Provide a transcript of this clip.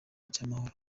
cy’amahoro